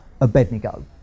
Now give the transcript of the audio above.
Abednego